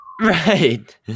right